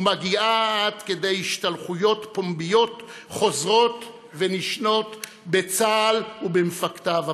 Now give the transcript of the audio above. ומגיעה עד כדי השתלחויות פומביות חוזרות ונשנות בצה"ל ובמפקדיו הבכירים.